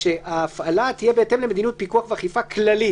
שההפעלה תהיה בהתאם למדיניות פיקוח ואכיפה כללית